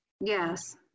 Yes